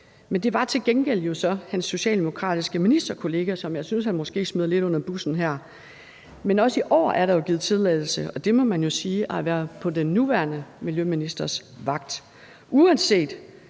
men det var til gengæld jo så hans socialdemokratiske ministerkollega, som jeg måske synes han smider lidt under bussen her. Men også i år er der jo givet tilladelse, og det må man jo sige har været på den nuværende miljøministers vagt. Uanset